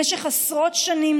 במשך עשרות שנים,